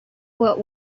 what